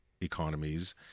economies